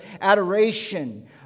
adoration